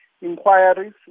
inquiries